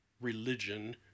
religion